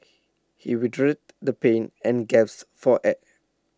he writhed the pain and gasped for air